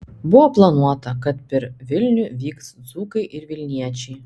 buvo planuota kad per vilnių vyks dzūkai ir vilniečiai